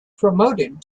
promoted